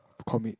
commit